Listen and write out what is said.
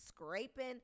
scraping